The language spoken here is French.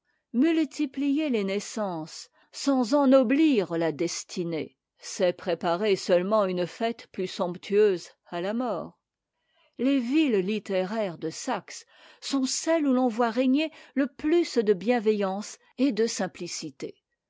multiplier les naissances sans ennoblir la destinée c'est préparer seulement une fête plus somptueuse à la mort les villes littéraires de saxe sont celles où l'on voit régner le plus de bienveillance et de simplicité